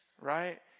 right